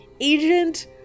agent